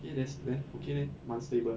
eh that's then okay leh 蛮 stable 的